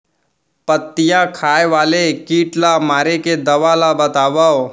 पत्तियां खाए वाले किट ला मारे के दवा ला बतावव?